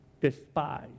despise